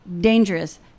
Dangerous